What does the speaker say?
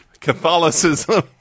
Catholicism